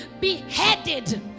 beheaded